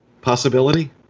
possibility